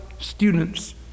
students